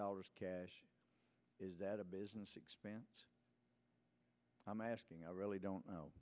dollars is that a business expense i'm asking i really don't know